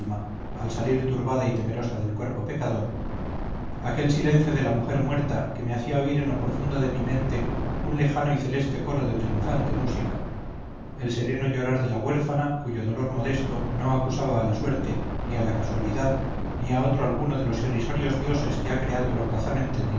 al salir turbada y temerosa del cuerpo pecador aquel silencio de la mujer muerta que me hacía oír en lo profundo de mi mente un lejano y celeste coro de triunfante música el sereno llorar de la huérfana cuyo dolor modesto no acusaba a la suerte ni a la casualidad ni a otro alguno de los irrisorios dioses que ha creado el holgazán